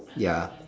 ya